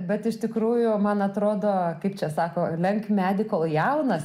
bet iš tikrųjų man atrodo kaip čia sako lenk medį kol jaunas